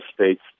states